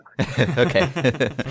Okay